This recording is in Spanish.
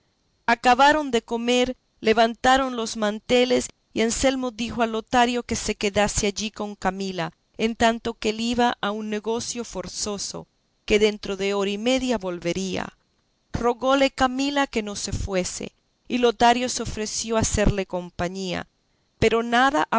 acabaron de comer levantaron los manteles y anselmo dijo a lotario que se quedase allí con camila en tanto que él iba a un negocio forzoso que dentro de hora y media volvería rogóle camila que no se fuese y lotario se ofreció a hacerle compañía más nada